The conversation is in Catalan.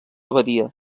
abadia